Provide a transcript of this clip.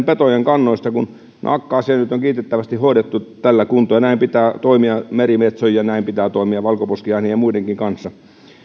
petokannoista kun naakka asia nyt on kiitettävästi hoidettu tällä kuntoon ja näin pitää toimia merimetsojen ja näin pitää toimia valkoposkihanhien ja muidenkin kanssa